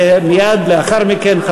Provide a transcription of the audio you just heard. ומייד לאחר מכן,